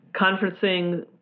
conferencing